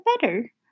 better